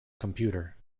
computer